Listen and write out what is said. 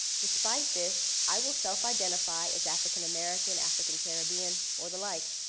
despite this, i will self identify as african-american, african-caribbean, or the like,